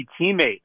teammate